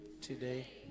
today